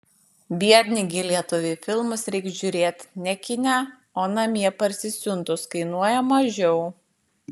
biedni gi lietuviai filmus reik žiūrėt ne kine o namie parsisiuntus kainuoja mažiau